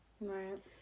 Right